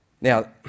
Now